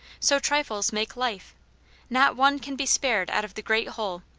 so trifles make life not one can be spared out of the great whole,